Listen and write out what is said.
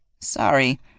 Sorry